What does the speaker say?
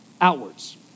outwards